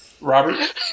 Robert